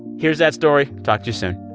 here's that story. talk to you soon